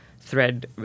thread